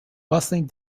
bustling